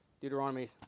Deuteronomy